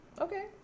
okay